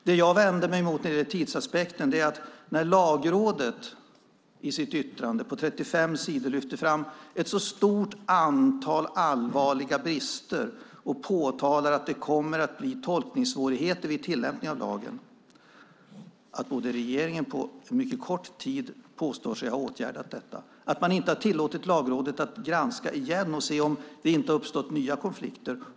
Det jag vänder mig emot när det gäller tidsaspekten är att Lagrådet på 35 sidor i sitt yttrande lyfter fram ett stort antal allvarliga brister och påtalar att det kommer att bli tolkningssvårigheter vid tillämpning av lagen, medan regeringen påstår sig ha åtgärdat detta på mycket kort tid. Man har inte tillåtit Lagrådet att granska igen och se om det har uppstått nya konflikter.